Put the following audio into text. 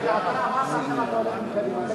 הרב גפני, אתה אמרת שאתה הולך עם קדימה.